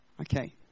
Okay